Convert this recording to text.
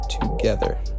together